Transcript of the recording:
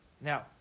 Now